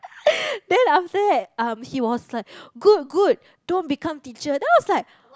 then after that um he was like good good don't become teacher then I was like